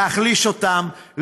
להחליש אותם,